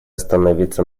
остановиться